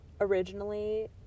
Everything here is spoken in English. originally